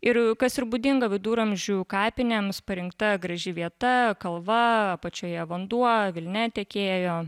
ir kas ir būdinga viduramžių kapinėms parinkta graži vieta kalva apačioje vanduo vilnia tekėjo